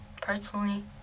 Personally